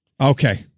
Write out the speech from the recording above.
Okay